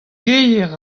gevier